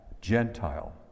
Gentile